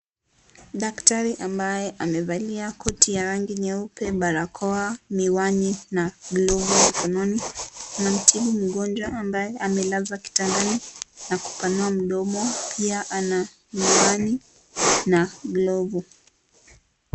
Daktari ambaye amevalia koti ya rangi nyeupe, barakoa, mihiwani na glofu mikoni anamtibu mgojwa amabaye amelazwa kitandani na kupanua mdomo ,pia ana mihiwani na glofu.